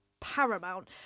paramount